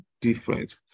different